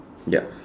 yup